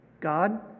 God